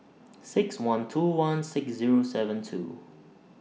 six one two one six Zero seven two